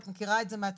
את מכירה את זה מהצבא,